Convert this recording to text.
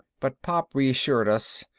but pop reassured us.